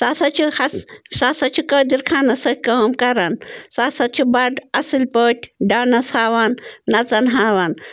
سُہ ہسا چھُ ہس سُہ ہسا چھُ قٲدِر خانس سۭتۍ کٲم کَران سُہ ہسا چھُ بَڈٕ اَصٕل پٲٹھۍ ڈانٕس ہاوان نَژُن ہاوان